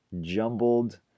jumbled